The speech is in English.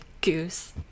goose